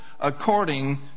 according